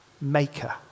maker